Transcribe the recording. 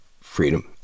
freedom